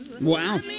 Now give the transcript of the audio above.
Wow